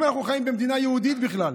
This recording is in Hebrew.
האם אנחנו חיים במדינה יהודית בכלל?